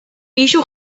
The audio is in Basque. pisu